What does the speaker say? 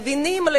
מבינים היום,